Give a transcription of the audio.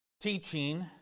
teaching